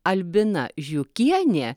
albina žiukienė